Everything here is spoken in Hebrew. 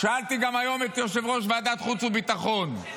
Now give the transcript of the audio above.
שאלתי היום את יושב-ראש ועדת החוץ והביטחון: